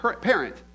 Parent